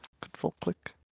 control-click